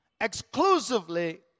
exclusively